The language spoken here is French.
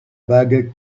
bague